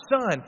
Son